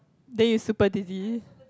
then you super dizzy